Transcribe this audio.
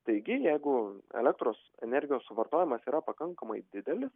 taigi jeigu elektros energijos suvartojimas yra pakankamai didelis